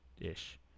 ish